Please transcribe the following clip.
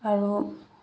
আৰু